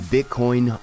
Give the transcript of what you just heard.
Bitcoin